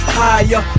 higher